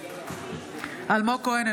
אלמוג כהן,